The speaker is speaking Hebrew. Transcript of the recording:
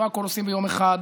לא הכול עושים ביום אחד,